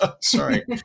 sorry